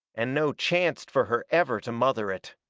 and no chancet fur her ever to mother it.